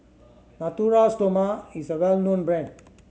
Natura Stoma is a well known brand